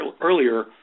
earlier